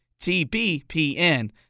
TBPN